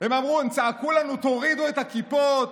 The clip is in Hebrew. הם צעקו לנו: תורידו את הכיפות.